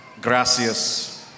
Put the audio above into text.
Gracias